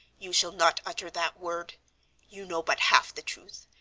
you shall not utter that word you know but half the truth,